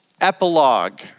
epilogue